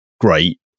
great